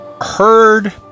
heard